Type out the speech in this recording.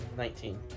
Nineteen